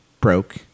broke –